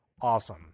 awesome